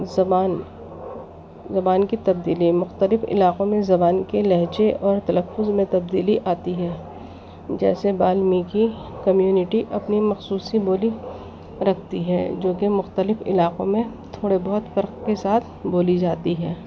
زبان زبان کی تبدیلی مختلف علاقوں میں زبان کے لہجے اور تلفظ میں تبدیلی آتی ہے جیسے بالمیکی کمیونٹی اپنی مخصوصی بولی رکھتی ہے جو کہ مختلف علاقوں میں تھوڑے بہت فرق کے ساتھ بولی جاتی ہے